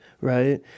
right